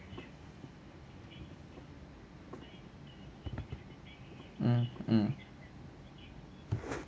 mm mm